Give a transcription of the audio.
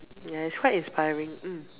ya its quite inspiring mm